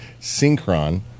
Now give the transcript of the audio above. Synchron